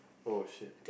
oh shit